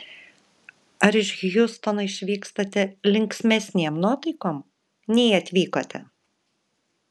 ar iš hjustono išvykstate linksmesnėm nuotaikom nei atvykote